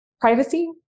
privacy